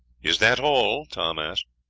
is that all? tom asked.